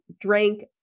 drank